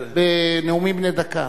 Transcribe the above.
בנאומים בני דקה.